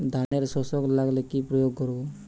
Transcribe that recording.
ধানের শোষক লাগলে কি প্রয়োগ করব?